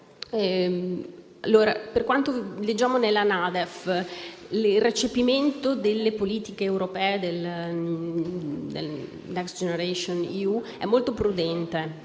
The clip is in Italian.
a quanto leggiamo nella NADEF, il recepimento delle politiche europee del Next generation EU è molto prudente: